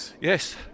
yes